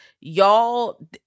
Y'all